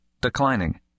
declining